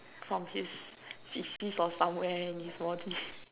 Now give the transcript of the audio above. from his he squeeze from somewhere in his body